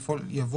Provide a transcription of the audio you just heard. יבוא